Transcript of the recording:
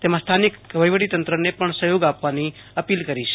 તેમાં સ્થાનિક વહીવટીતંત્રને પણ સહયોગ આપવાની અપીલ કરી છે